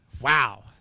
Wow